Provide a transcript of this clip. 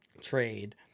trade